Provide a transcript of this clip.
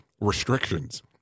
restrictions